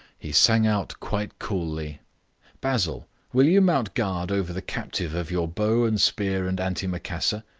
he sang out quite coolly basil, will you mount guard over the captive of your bow and spear and antimacassar?